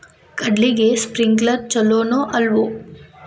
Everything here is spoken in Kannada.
ಕಡ್ಲಿಗೆ ಸ್ಪ್ರಿಂಕ್ಲರ್ ಛಲೋನೋ ಅಲ್ವೋ?